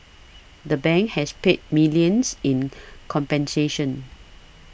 the bank has paid millions in compensation